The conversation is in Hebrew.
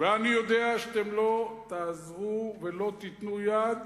ואני יודע שאתם לא תעזבו ולא תיתנו יד